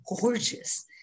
gorgeous